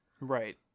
Right